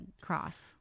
cross